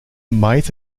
maait